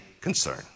concern